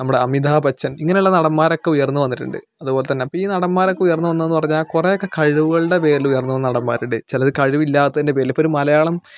നമ്മുടെ അമിതാഭ് ബച്ചൻ ഇങ്ങനെയുള്ള നടന്മാരൊക്കെ ഉയർന്നു വന്നിട്ടുണ്ട് അതുപോലെ തന്നെ അപ്പം ഈ നടന്മാരൊക്കെ ഉയർന്നു വന്നതെന്ന് പറഞ്ഞാൽ കുറേയൊക്കെ കഴിവുകളുടെ പേരിൽ ഉയർന്നു വന്ന നടന്മാരുണ്ട് ചിലർ കഴിവില്ലാത്തതിൻ്റെ പേരിൽ ഇപ്പോൾ ഒരു മലയാളം